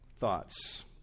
thoughts